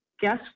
guess